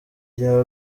iya